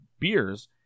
beers